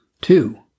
Two